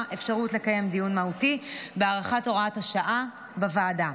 אפשרות לקיים דיון מהותי בהארכת הוראת השעה בוועדה.